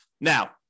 Now